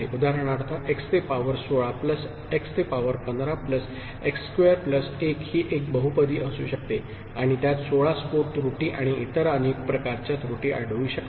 उदाहरणार्थ एक्स ते power 16 plus x ते power 15 plus x square plus 1 ही एक बहुपदी असू शकते आणि त्यात 16 स्फोट त्रुटी आणि इतर अनेक प्रकारच्या त्रुटी आढळू शकतात